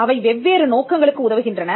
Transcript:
அவை வெவ்வேறு நோக்கங்களுக்கு உதவுகின்றன